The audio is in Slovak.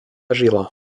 žila